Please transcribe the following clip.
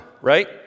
right